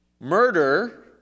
Murder